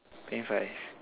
twenty five